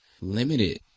limited